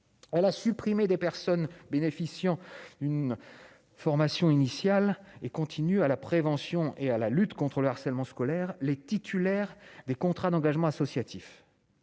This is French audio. Elle a supprimé de la liste des personnes bénéficiant d'une formation initiale et continue à la prévention et à la lutte contre le harcèlement scolaire les titulaires d'un contrat d'engagement éducatif.